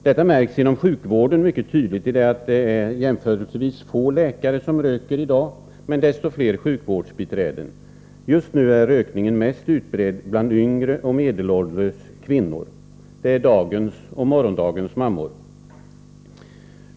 Inom sjukvården märks det mycket tydligt i det faktum att det i dag är jämförelsevis få läkare som röker, men desto fler sjukvårdsbiträden. Just nu är rökningen mest utbredd bland yngre och medelålders kvinnor, dvs. dagens och morgondagens mammor.